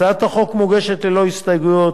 הצעת החוק מוגשת ללא הסתייגויות,